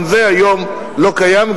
גם זה היום לא קיים,